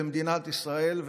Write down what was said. במדינת ישראל,